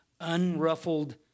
unruffled